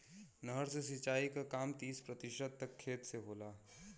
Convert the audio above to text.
नहर से सिंचाई क काम तीस प्रतिशत तक खेत से होला